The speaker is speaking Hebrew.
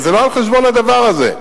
וזה לא על חשבון הדבר הזה.